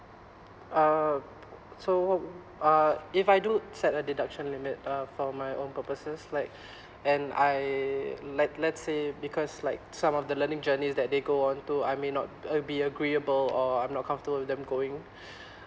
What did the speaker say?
uh so uh if I do set a deduction limit uh for my own purposes like and I like let's say because like some of the learning journeys that they go on to I may not uh be agreeable or I'm not comfortable with them going